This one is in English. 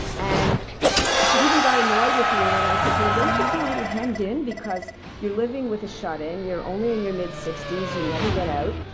and she even got annoyed with me when i said, don't you feel a little hemmed in because you're living with a shut-in. you're only in your mid sixty s. you never get out.